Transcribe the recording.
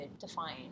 define